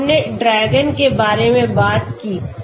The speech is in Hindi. तो हमने DRAGON के बारे में बात की